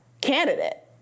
candidate